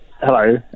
hello